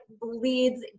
bleeds